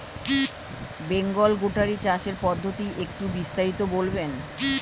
Bengal goatery চাষের পদ্ধতি একটু বিস্তারিত বলবেন?